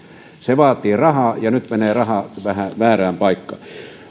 se vaatii rahaa ja nyt menee raha vähän väärään paikkaan